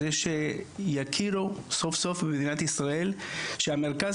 זה שיכירו סוף סוף במדינת ישראל שהמרכז